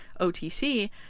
otc